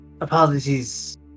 apologies